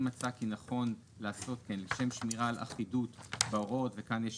אם מצא כי נכון לעשות כן לשם שמירה על אחידות בהוראות" וכאן יש